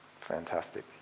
fantastic